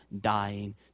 dying